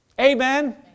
Amen